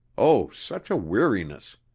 oh, such a weariness!